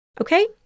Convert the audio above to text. okay